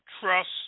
trust